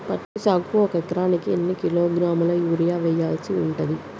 పత్తి సాగుకు ఒక ఎకరానికి ఎన్ని కిలోగ్రాముల యూరియా వెయ్యాల్సి ఉంటది?